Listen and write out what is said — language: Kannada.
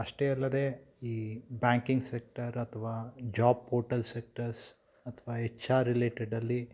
ಅಷ್ಟೇ ಅಲ್ಲದೇ ಈ ಬ್ಯಾಂಕಿಂಗ್ ಸೆಕ್ಟರ್ ಅಥವಾ ಜಾಬ್ ಪೋರ್ಟಲ್ ಸೆಕ್ಟರ್ಸ್ ಅಥ್ವಾ ಎಚ್ ಆರ್ ರಿಲೇಟೆಡಲ್ಲಿ